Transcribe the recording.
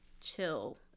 chill